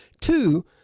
two